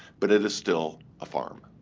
but it is still a farm.